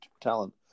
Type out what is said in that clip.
talent